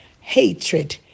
hatred